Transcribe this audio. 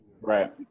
Right